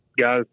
guys